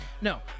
No